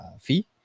fee